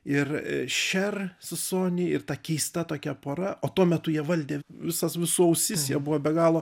ir šer su soni ir ta keista tokia pora o tuo metu jie valdė visas visų ausis jie buvo be galo